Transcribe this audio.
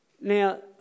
now